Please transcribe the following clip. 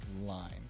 line